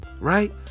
right